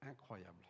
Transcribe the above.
incroyable